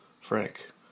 Frank